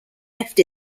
left